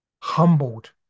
Humbled